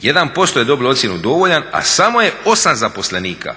Jedan posto je dobilo ocjenu dovoljan, a samo je 8 zaposlenika